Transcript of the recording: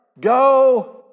Go